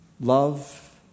love